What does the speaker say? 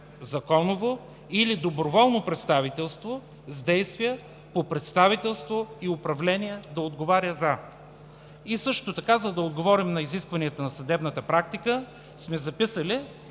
законово или доброволно представителство с действия по представителство и управление да отговаря за“. И също така, за да отговорим на изискванията на съдебната практика, сме записали